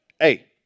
Hey